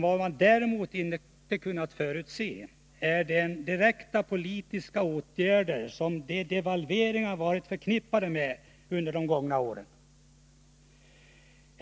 Vad man däremot inte har kunnat förutse är de direkta politiska åtgärder som devalveringarna har varit förknippade med under de gångna åren.